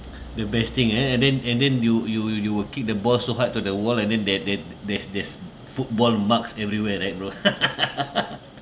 the best thing ya and then and then you you'll you'll kick the ball so hard to the wall and then that that there's there's football marks everywhere right bro